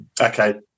Okay